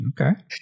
Okay